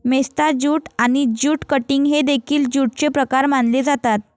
मेस्टा jute आणि jute cutting हे देखील ज्यूटचे प्रकार मानले जातात